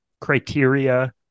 criteria